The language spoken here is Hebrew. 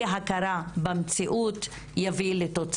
הכרה במציאות ושהוא יביא לתוצאות אמיתיות.